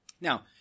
Now